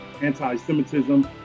anti-Semitism